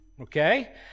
Okay